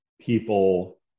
people